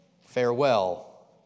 Farewell